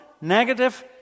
negative